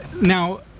now